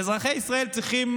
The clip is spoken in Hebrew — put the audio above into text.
ואזרחי ישראל צריכים